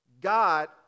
God